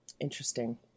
interesting